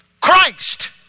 Christ